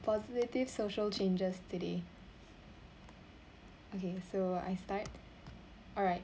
positive social changes today okay so I start alright